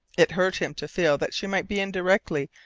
it hurt him to feel that she might be indirectly,